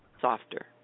softer